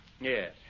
Yes